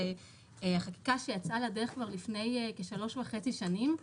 החקיקה שיצאה לדרך כבר לפני כשלוש וחצי שנים.